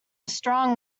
strong